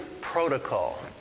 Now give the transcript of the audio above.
protocol